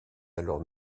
alors